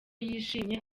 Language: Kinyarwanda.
yishimye